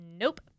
Nope